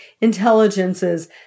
intelligences